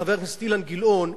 חבר הכנסת אילן גילאון,